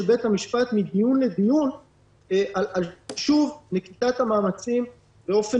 בית המשפט מדיון לדיון על נקיטת המאמצים באופן